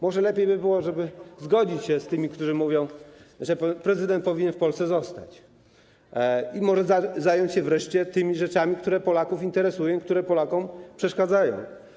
Może lepiej by było zgodzić się z tymi, którzy mówią, że prezydent powinien w Polsce zostać, i zająć się wreszcie tymi rzeczami, które Polaków interesują i które Polakom przeszkadzają.